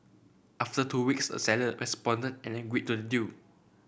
after two weeks the seller responded and agreed to the deal